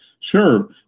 Sure